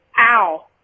ow